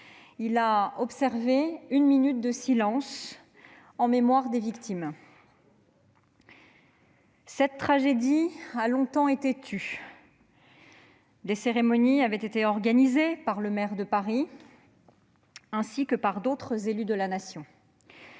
il a observé une minute de silence en mémoire des victimes. Cette tragédie a longtemps été tue. Des cérémonies avaient été organisées par le maire de Paris ainsi que par d'autres élus de la Nation.